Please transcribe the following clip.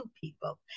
people